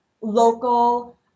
local